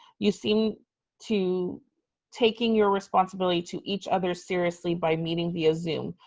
you seem to taking your responsibility to each other seriously by meeting via zoom.